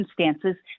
circumstances